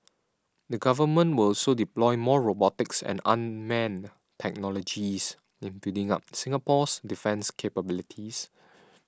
the Government will also deploy more robotics and unmanned technologies in building up Singapore's defence capabilities